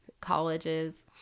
colleges